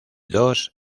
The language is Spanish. dos